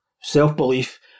self-belief